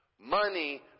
Money